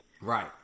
Right